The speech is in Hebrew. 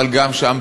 אבל גם שם,